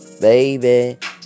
baby